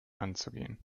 anzugehen